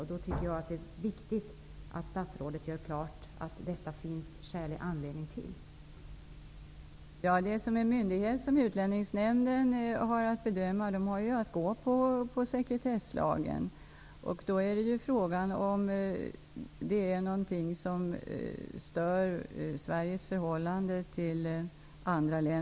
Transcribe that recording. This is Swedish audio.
Det är oerhört viktigt att statsrådet gör klart att det nu finns skälig anledning till detta.